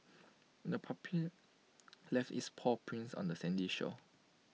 the puppy left its paw prints on the sandy shore